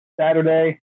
Saturday